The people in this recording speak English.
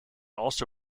also